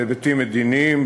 בהיבטים מדיניים,